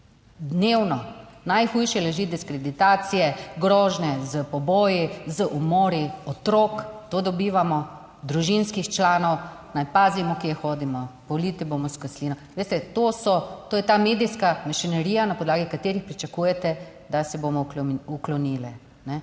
dnevno, najhujše leži diskreditacije, grožnje s poboji, z umori otrok, to dobivamo družinskih članov, naj pazimo, kje hodimo, polite bomo s kislino. Veste, to so, to je ta medijska mašinerija, na podlagi katerih pričakujete, da se bomo uklonili,